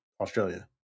Australia